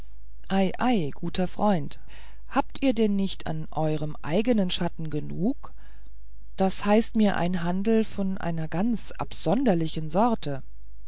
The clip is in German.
ei guter freund habt ihr denn nicht an eurem eignen schatten genug das heiß ich mir einen handel von einer ganz absonderlichen sorte